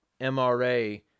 MRA